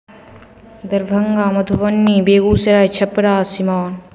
Darbhanga Madhubani Begusarai Chhapra Siwan